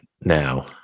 now